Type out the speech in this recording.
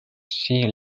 see